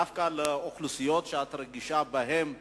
דווקא לאוכלוסיות שאת רגישה להן,